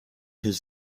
his